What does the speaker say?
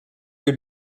your